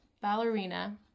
ballerina